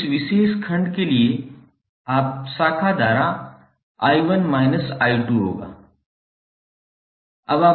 तो इस विशेष खंड के लिए शाखा धारा I1 minus I2 होगा